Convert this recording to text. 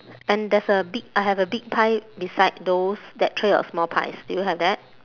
and there's a big I have a big pie beside those that tray of small pies do you have that